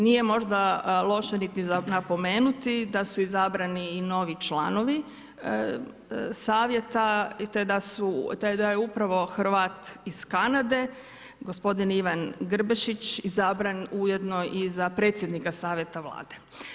Nije možda loše napomenuti da su izabrani i novi članovi Savjeta te da je upravo Hrvat iz Kanade gospodin Ivan Grbešić izabran ujedno i za predsjednika Savjeta Vlade.